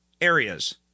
areas